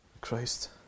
Christ